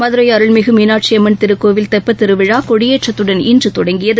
மதுரை அருள்மிகு மீனாட்சியம்மன் திருக்கோயில் தெப்பத் திருவிழா கொடியேத்துடன் இன்று தொடங்கியது